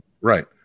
right